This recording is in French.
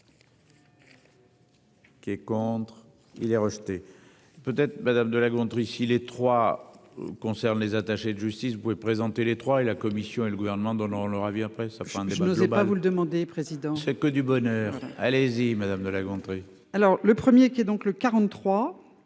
Qui est contre, il est rejeté. Peut être madame de La Gontrie. Si les trois concerne les attachés de justice pouvait présenter les trois et la Commission et le gouvernement donneront leur avis après ça prend des mesures pas vous le demander président c'est que du bonheur. Allez-y madame de La Gontrie. Alors le premier qui est donc le 43.